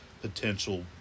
potential